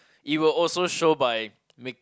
it will also show by make